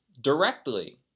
directly